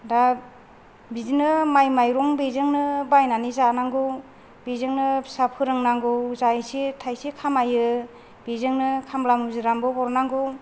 दा बिदिनो माइ माइरं बेजोंनो बायनानै जानांगौ बेजोंनो फिसा फोरोंनांगौ जा इसे थायसे खामायो बेजोंनो खामला मुजिरानोबो हरनांगौ